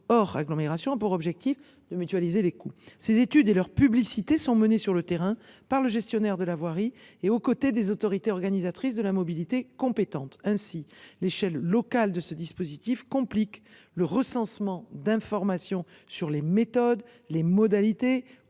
hors agglomération a pour but de mutualiser les coûts. Ces études et leur publicité sont menées sur le terrain par le gestionnaire de la voirie, aux côtés des autorités organisatrices de la mobilité compétentes. L’échelle locale, retenue pour ce dispositif, complique bel et bien le recensement d’informations sur les méthodes, les modalités